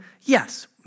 yes